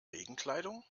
regenkleidung